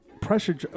pressure